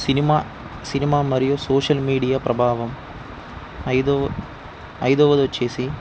cinema cinema మరియు social media ప్రభావం ఐదో ఐదవదొచ్చేసి